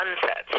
sunsets